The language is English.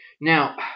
Now